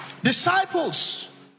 Disciples